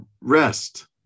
rest